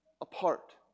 apart